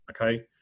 okay